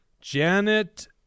Janet